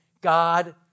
God